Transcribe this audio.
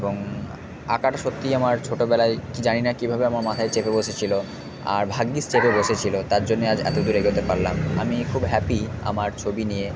এবং আঁকাটা সত্যি আমার ছোটোবেলায় কি জানি না কীভাবে আমার মাথায় চেপে বসেছিলো আর ভাগ্যিস চেপে বসেছিলো তার জন্যই আজ এতো দূর এগোতে পারলাম আমি খুব হ্যাপি আমার ছবি নিয়ে